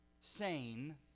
sane